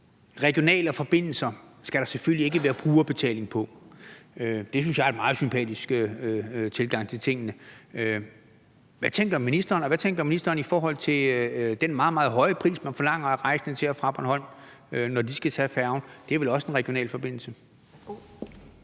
regionale forbindelser skal der selvfølgelig ikke være brugerbetaling på. Det synes jeg er en meget sympatisk tilgang til tingene. Hvad tænker ministeren? Og hvad tænker ministeren i forhold til den meget, meget høje pris, man forlanger af rejsende til og fra Bornholm, når de skal tage færgen? Det er vel også en regional forbindelse.